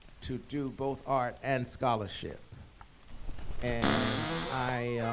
to do both art and scholarship and i